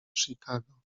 chicago